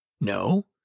No